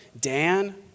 Dan